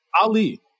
Ali